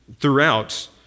throughout